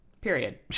Period